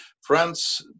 France